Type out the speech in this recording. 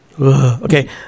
Okay